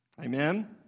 Amen